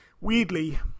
weirdly